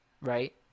Right